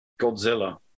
Godzilla